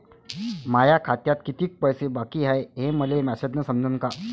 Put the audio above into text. माया खात्यात कितीक पैसे बाकी हाय हे मले मॅसेजन समजनं का?